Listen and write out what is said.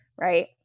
right